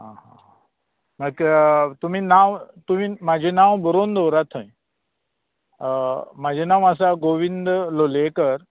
आं हां हां एक तुमी नांव तुमी म्हाजें नांव बरोवन दवरात थंय म्हजें नांव आसा गोविंद लोलयेकर